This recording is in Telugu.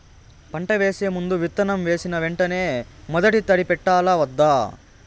పంట వేసే ముందు, విత్తనం వేసిన వెంటనే మొదటి తడి పెట్టాలా వద్దా?